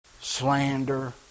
Slander